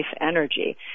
energy